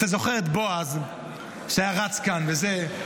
אתה זוכר את בועז, שהיה רץ כאן וזה.